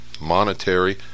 monetary